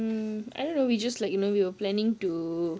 hmm I don't know we just like you know we were planning to